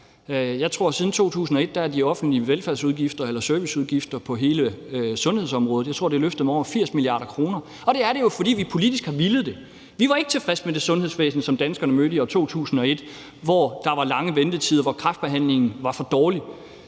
Jeg tror, at siden 2001 er de offentlige velfærdsudgifter eller serviceudgifter på hele sundhedsområdet løftet med over 80 mia. kr., og det er det jo, fordi vi politisk har villet det. Vi var ikke tilfredse med det sundhedsvæsen, som danskerne mødte i 2001, hvor der var lange ventetider, og hvor kræftbehandlingen var for dårlig.